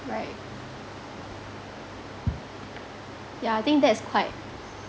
right yeah I think that is quite